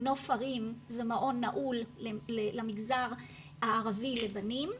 'נוף הרים' זה מעון נעול למגזר הערבי לבנים,